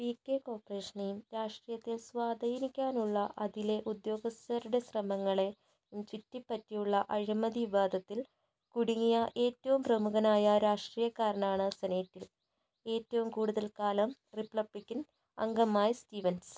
വീ K കോർപ്പറേഷനെയും രാഷ്ട്രീയത്തെ സ്വാധീനിക്കാനുള്ള അതിലെ ഉദ്യോഗസ്ഥരുടെ ശ്രമങ്ങളെ ചുറ്റിപ്പറ്റിയുള്ള അഴിമതി വിവാദത്തിൽ കുടുങ്ങിയ ഏറ്റവും പ്രമുഖനായ രാഷ്ട്രീയക്കാരനാണ് സെനറ്റിൽ ഏറ്റവും കൂടുതൽ കാലം റിപ്പബ്ലിക്കൻ അംഗമായ സ്റ്റീവൻസ്